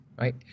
right